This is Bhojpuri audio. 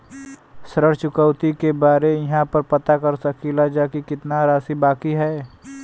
ऋण चुकौती के बारे इहाँ पर पता कर सकीला जा कि कितना राशि बाकी हैं?